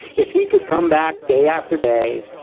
if he could come back day after day,